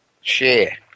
share